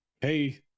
Hey